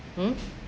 mm